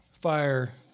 fire